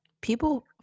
people